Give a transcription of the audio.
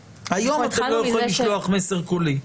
הוא בעצם גם גוף שהאזרח יכול לפנות אליו בדיגיטל.